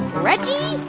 reggie,